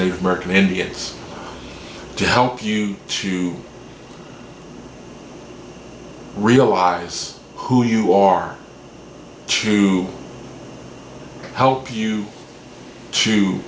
native american indians to help you to realize who you are to help you to